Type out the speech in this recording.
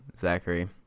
Zachary